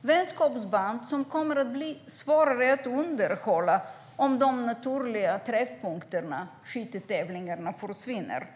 Det är vänskapsband som kommer att bli svårare att underhålla om de naturliga träffpunkterna, skyttetävlingarna, försvinner.